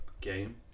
Game